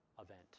event